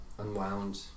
Unwound